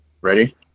Ready